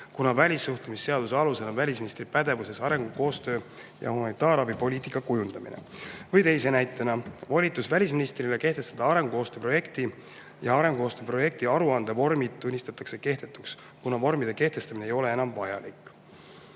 kuna välissuhtlemisseaduse alusel on välisministri pädevuses arengukoostöö ja humanitaarabi poliitika kujundamine. Teise näitena tunnistatakse välisministrile antud volitus kehtestada arengukoostööprojekti ja arengukoostööprojekti aruande vormid kehtetuks, kuna vormide kehtestamine ei ole enam vajalik. Olen